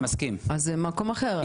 זה מקום אחר.